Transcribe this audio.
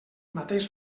mateix